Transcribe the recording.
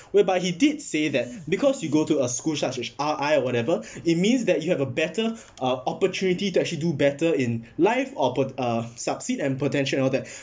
whereby he did say that because you go to a school such as R_I or whatever it means that you have a better uh opportunity to actually do better in life or po~ uh succeed and potential and all that